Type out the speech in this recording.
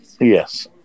Yes